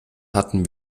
hatten